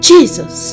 Jesus